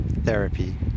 therapy